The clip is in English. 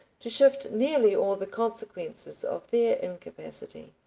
to shift nearly all the consequences of their incapacity.